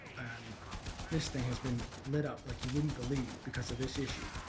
and this thing has been lit up like you wouldn't believe because of this issue.